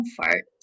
comfort